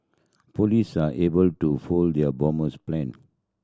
police are able to foil the bomber's plan